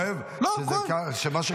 עכשיו, אתה אומר פששש --- זה כואב מה שחווית.